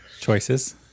Choices